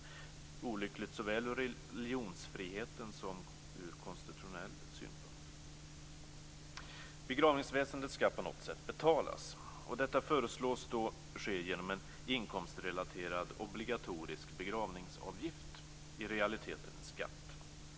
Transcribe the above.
Det är olyckligt såväl ur religionsfrihetens som ur konstitutionell synpunkt. Begravningsväsendet skall på något sätt betalas, och detta föreslås ske genom en inkomstrelaterad obligatorisk begravningsavgift, i realiteten en skatt.